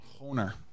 Honor